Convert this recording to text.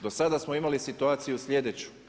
Do sada smo imali situaciju slijedeću.